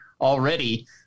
already